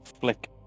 Flick